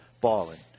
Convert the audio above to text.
balling